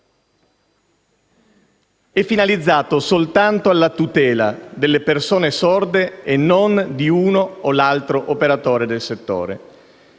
È finalizzato soltanto alla tutela delle persone sorde e non di uno o dell'altro operatore del settore.